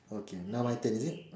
okay now my turn is it